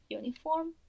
uniform